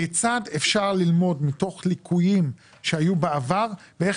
כיצד אפשר ללמוד מתוך ליקויים שהיו בעבר ואיך